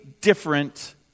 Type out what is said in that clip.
different